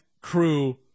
crew